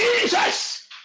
Jesus